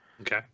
Okay